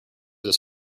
this